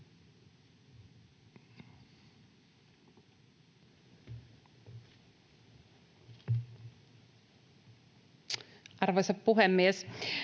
Arvoisa puhemies!